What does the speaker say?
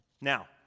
Now